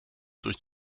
durch